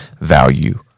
value